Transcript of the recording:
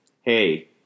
Hey